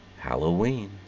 Halloween